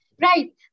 Right